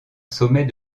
sommet